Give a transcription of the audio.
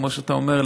כמו שאתה אומר,